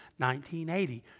1980